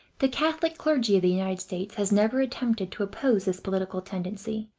the catholic clergy of the united states has never attempted to oppose this political tendency,